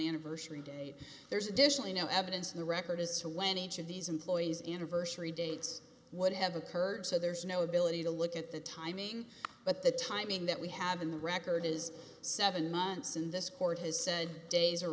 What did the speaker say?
anniversary date there's additionally no evidence in the record as to when each of these employees into verse three dates would have occurred so there's no ability to look at the timing but the timing that we have in the record is seven months and this court has said days or